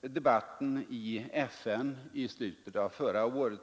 debatten i FN i slutet av förra året.